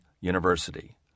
University